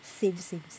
same same same